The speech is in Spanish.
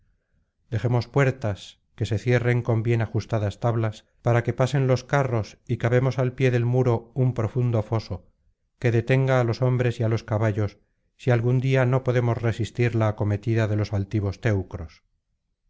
dejemos puertas que se cierren con bien ajustadas tablas para que pasen los carros y cavemos al pie del muro un profundo foso que detenga á los hombres y á los caballos si algún día no podemos resistir la acometida de los altivos teucros